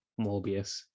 Morbius